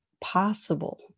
possible